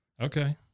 Okay